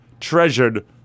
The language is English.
treasured